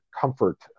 comfort